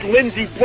Lindsey